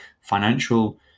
financial